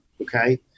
Okay